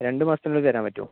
രണ്ടു മാസത്തിനുള്ളിൽ തരാൻ പറ്റുമോ